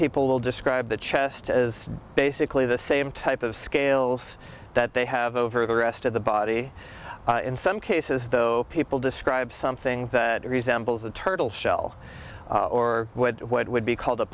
will describe the chest as basically the same type of scales that they have over the rest of the body in some cases though people describe something that resembles a turtle shell or what would be called a